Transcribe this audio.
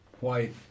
white